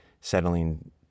settling